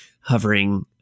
hovering